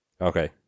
Okay